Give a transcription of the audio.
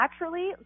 naturally